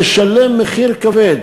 לשלם מחיר כבד